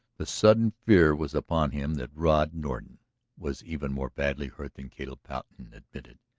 the sudden fear was upon him that rod norton was even more badly hurt than caleb patten admitted.